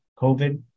COVID